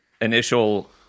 initial